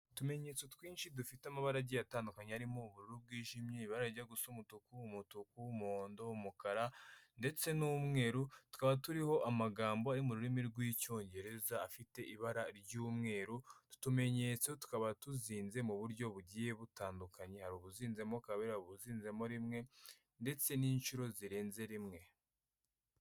Utumenyetso twinshi dufite amabara agiye atandukanye harimo ubururu bwijimye, ibara rijya gusa umutuku, umutuku, umuhondo, umukara ndetse n'umweru, tukaba turiho amagambo ari mu rurimi rw'Icyongereza afite ibara ry'umweru, utu tumenyetso tukaba tuzinze mu buryo bugiye butandukanye, hari ubuzinzemo kabiri, hari ubuzinzemo rimwe ndetse n'inshuro zirenze rimwe.